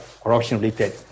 corruption-related